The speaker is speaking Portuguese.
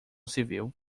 civil